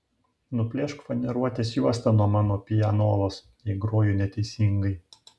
nuplėšk faneruotės juostą nuo mano pianolos jei groju neteisingai